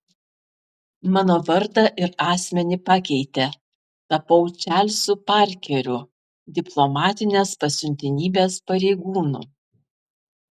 mano vardą ir asmenį pakeitė tapau čarlzu parkeriu diplomatinės pasiuntinybės pareigūnu